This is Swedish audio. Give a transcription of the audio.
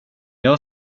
jag